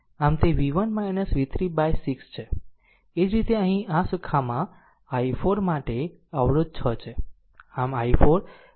આમ તે v1 v3 by 6 છે એ જ રીતે અહીં આ શાખામાં i4 માટે અવરોધ 6 છે